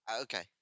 okay